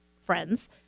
friends